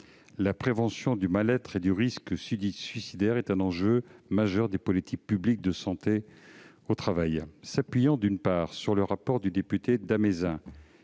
la prévention du mal-être et du risque suicidaire est un enjeu majeur des politiques publiques de santé au travail. S'appuyant, d'une part, sur le rapport du député Olivier